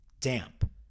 damp